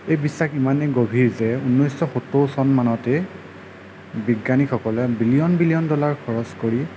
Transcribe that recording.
এই বিশ্বাস ইমানেই গভীৰ যে ঊনৈচশ সত্তৰ চন মানতে বিজ্ঞানীসকলে বিলিয়ন বিলিয়ন ডলাৰ খৰচ কৰি